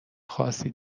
خاصی